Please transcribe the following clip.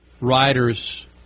riders